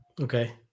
Okay